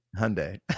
hyundai